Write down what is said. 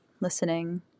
listening